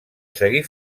seguir